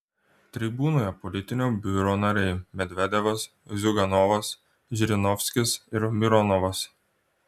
tribūnoje politinio biuro nariai medvedevas ziuganovas žirinovskis ir mironovas